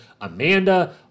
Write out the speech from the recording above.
Amanda